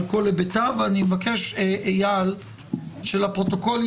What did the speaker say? אבל באמת המטרה בזמנו של הוראת השעה הייתה,